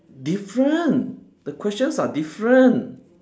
different the questions are different